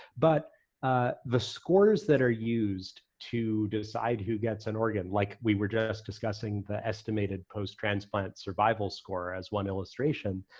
but the scores that are used to decide who gets an organ, like we were just discussing the estimated posttransplant survival score as one illustration,